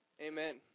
Amen